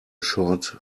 short